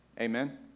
Amen